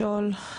לשאול?